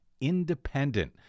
independent